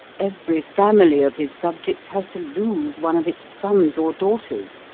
every family of his subjects has to lose one of its sons or daughters,